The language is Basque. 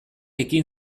ekin